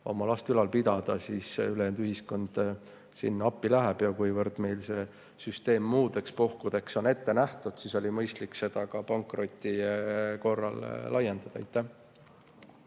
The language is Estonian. oma last ülal pidada, et siis ülejäänud ühiskond siin appi läheb. Kuivõrd meil see süsteem muudeks puhkudeks on ette nähtud, siis oli mõistlik seda ka pankrotile laiendada. Aitäh,